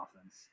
offense